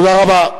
תודה רבה.